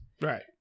Right